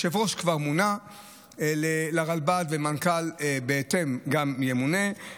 כבר מונה יושב-ראש לרלב"ד, ובהתאם ימונה גם מנכ"ל.